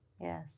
Yes